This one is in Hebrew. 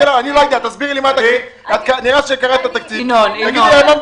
אני לא יודע, תסבירי לי על מה התקציב.